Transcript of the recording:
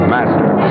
Master